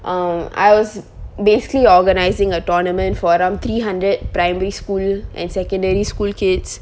um I was basically organising a tournament for around three hundred primary school and secondary school kids